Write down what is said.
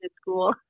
school